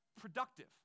productive